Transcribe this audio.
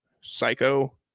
psycho